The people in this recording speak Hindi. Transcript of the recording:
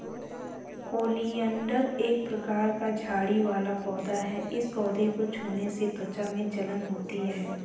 ओलियंडर एक प्रकार का झाड़ी वाला पौधा है इस पौधे को छूने से त्वचा में जलन होती है